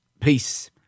peace